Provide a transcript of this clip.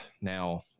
Now